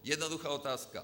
Jednoduchá otázka.